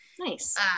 Nice